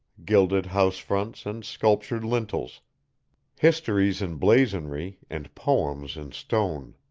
gilded house-fronts and sculptured lintels histories in blazonry and poems in stone.